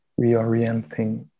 reorienting